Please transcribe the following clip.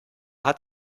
hat